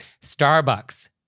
starbucks